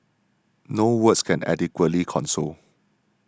no words can adequately console